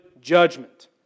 judgment